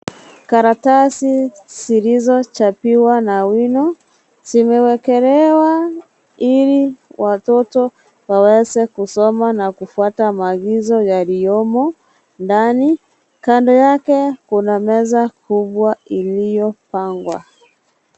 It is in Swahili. Karatasi zilizochapiwa na wino zimewekelewa ili watoto waweze kusoma kuna na kufuata maagizo yalimo ndani. Kando yake kuna meza iliyopangwa.